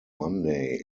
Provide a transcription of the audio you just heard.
monday